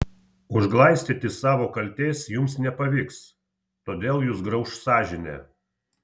užglaistyti savo kaltės jums nepavyks todėl jus grauš sąžinė